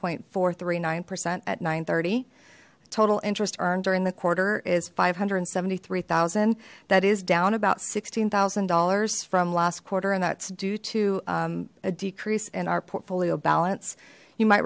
point four three nine percent at nine thirty total interest earned during the quarter is five hundred and seventy three thousand that is down about sixteen thousand dollars from last quarter and that's due to a decrease in our portfolio balance you might